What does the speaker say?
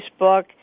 Facebook